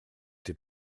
t’ai